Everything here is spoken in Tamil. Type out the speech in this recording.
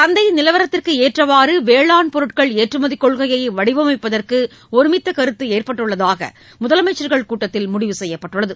சந்தை நிலவரத்திற்கு ஏற்றவாறு வேளாண் பொருட்கள் ஏற்றுமதி கொள்கையை வடிவமைப்பதற்கு ஒருமித்த கருத்து ஏற்பட்டுள்ளதாக முதலமைச்சர்கள் கூட்டத்தில் முடிவு செய்யப்பட்டுள்ளது